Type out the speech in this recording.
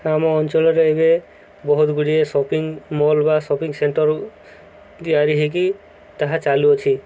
ଆମ ଅଞ୍ଚଳରେ ଏବେ ବହୁତ ଗୁଡ଼ିଏ ସପିଂ ମଲ୍ ବା ସପିଂ ସେଣ୍ଟର ତିଆରି ହେଇକି ତାହା ଚାଲୁଅଛି